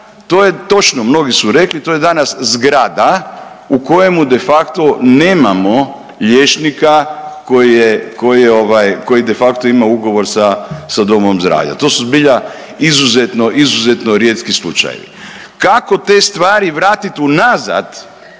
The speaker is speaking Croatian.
to je točno, mnogi su rekli, to je danas zgrada u kojemu de facto nemamo liječnika koji je ovaj, koji de facto ima ugovor sa domom zdravlja. To su zbilja izuzetno, izuzetno rijetki slučajevi. Kako te stvari vratit unazad